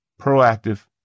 Proactive